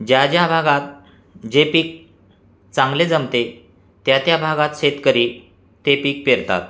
ज्या ज्या भागात जे पीक चांगले जमते त्या त्या भागात शेतकरी ते पीक पेरतात